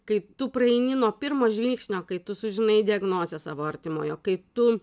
kai tu praeini nuo pirmo žvilgsnio kai tu sužinai diagnozę savo artimojo kai tu